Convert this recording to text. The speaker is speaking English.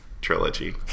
trilogy